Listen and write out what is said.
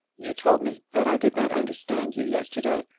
you told me that i did not understand you yesterday.